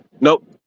Nope